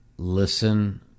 listen